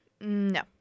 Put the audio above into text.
No